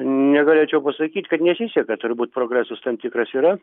negalėčiau pasakyti kad nesiseka turbūt progresas tam tikras yra